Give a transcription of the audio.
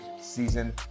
season